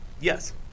Yes